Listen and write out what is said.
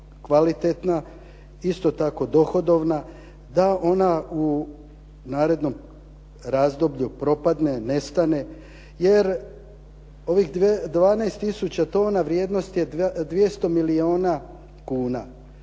kvalitetna isto tako dohodovna, da ona u narednom razdoblju propadne, nestane, jer ovih 12 tisuća tona vrijednost je 200 milijuna kuna.